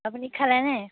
আপুনি খালেনে